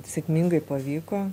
sėkmingai pavyko